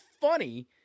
funny